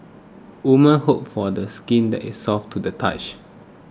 woman hope for the skin that is soft to the touch